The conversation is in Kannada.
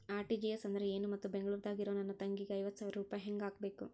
ಆರ್.ಟಿ.ಜಿ.ಎಸ್ ಅಂದ್ರ ಏನು ಮತ್ತ ಬೆಂಗಳೂರದಾಗ್ ಇರೋ ನನ್ನ ತಂಗಿಗೆ ಐವತ್ತು ಸಾವಿರ ರೂಪಾಯಿ ಹೆಂಗ್ ಹಾಕಬೇಕು?